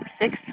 six